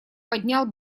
поднял